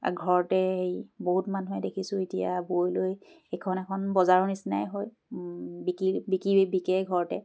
বা ঘৰতে হেৰি বহুত মানুহে দেখিছোঁ এতিয়া বৈ লৈ এইখন এখন বজাৰৰ নিচিনাই হয় বিক্ৰী বিক্ৰী বিকে ঘৰতে